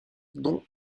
dont